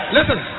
Listen